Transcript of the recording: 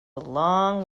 long